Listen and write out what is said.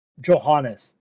Johannes